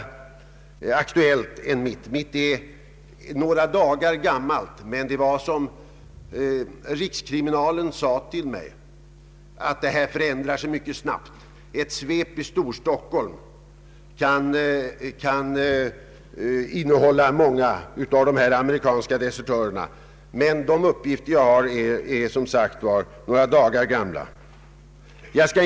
De siffror jag har tillgängliga är några dagar gamla, och på rikskriminalen sade man till mig att dessa siffror förändrar sig mycket snabbt. Ett svep i Storstockholm kan förändra bilden, och de uppgifter jag har är som sagt några dagar gamla.